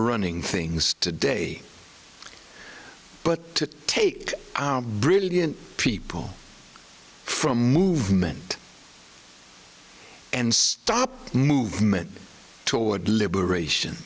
running things today but take our brilliant people from movement and stop movement toward liberation